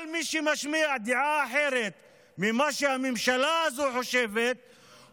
כל מי שמשמיע דעה אחרת ממה שהממשלה הזו חושבת,